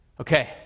Okay